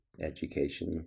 education